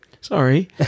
sorry